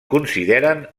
consideren